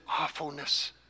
awfulness